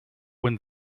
when